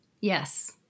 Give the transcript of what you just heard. yes